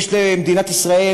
יש למדינת ישראל,